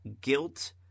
guilt